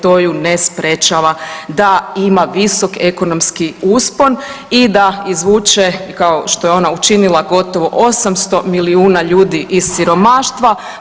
To ju ne sprječava da ima visok ekonomski uspon i da izvuče kao što je ona učinila gotovo 800 milijuna ljudi iz siromaštva.